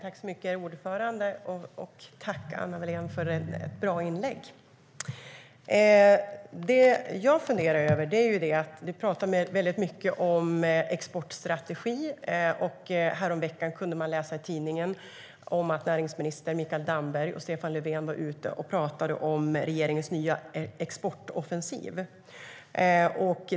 STYLEREF Kantrubrik \* MERGEFORMAT Riksrevisionens rapport om effektivitet i exportgarantisystemetVi pratar väldigt mycket om exportstrategi, och häromveckan kunde vi läsa i tidningen att näringsminister Mikael Damberg och Stefan Löfven var ute och pratade om regeringens nya exportoffensiv.